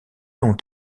ont